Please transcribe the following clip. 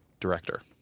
director